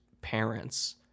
parents